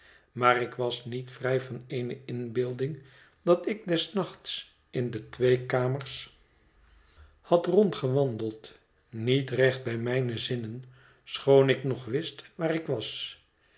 maar ik was niet vrij van eene inbeelding dat ik des nachts in de twee kamers had rondgewandeld niet recht bij mijne zinnen schoon ik nog wist waar ik was